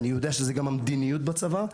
ואני יודע שזאת גם המדיניות בצבא,